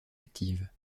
active